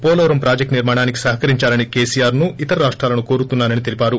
Polavaram project నిర్మాణానికి సహకరిందాలని కేసీఆర్ను ఇతర రాష్టాలను కోరుతున్నానని తెలిపారు